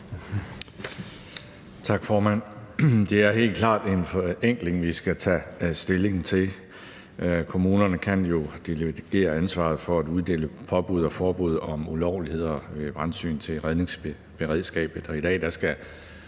Tak, formand. Det er helt klart en forenkling, vi skal tage stilling til. Kommunerne kan delegere ansvaret for at uddele påbud og forbud i forbindelse med ulovligheder ved brandtilsyn til redningsberedskabet.